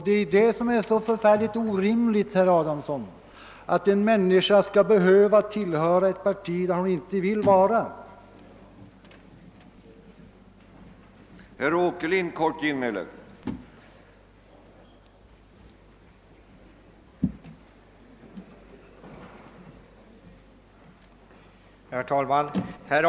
Det är detta som är så orimligt, herr Adamsson: att en människa skall behöva tillhöra ett parti där hon inte vill vara med.